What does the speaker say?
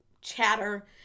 chatter